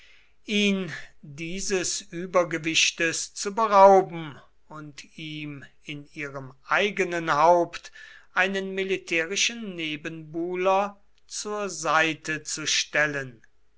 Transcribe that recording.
ihn dieses übergewichtes zu berauben und ihm in ihrem eigenen haupt einen militärischen nebenbuhler zur seite zu stellen